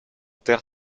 terre